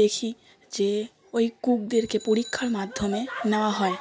দেখি যে ওই কুকদেরকে পরীক্ষার মাধ্যমে নেওয়া হয়